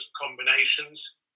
combinations